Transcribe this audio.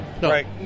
Right